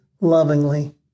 lovingly